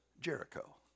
Jericho